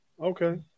Okay